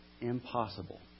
impossible